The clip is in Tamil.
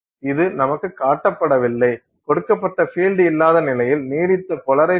இது நமக்கு காட்டப்படவில்லை கொடுக்கப்பட்ட பீல்டு இல்லாத நிலையில் நீடித்த போலரைசேசன்